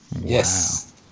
Yes